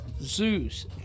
Zeus